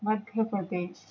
Madhya Pradesh